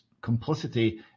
Complicity